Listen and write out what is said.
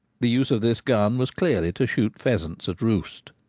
the use of this gun was clearly to shoot pheasants at roost.